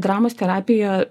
dramos terapija